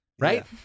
Right